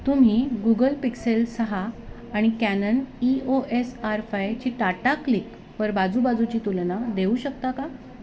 तुम्ही Google Pixel सहा आणि Canon E O S R फायची टाटा क्लिकवर बाजूबाजूची तुलना देऊ शकता का